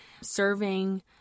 serving